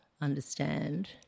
understand